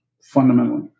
fundamentally